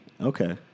Okay